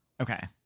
Okay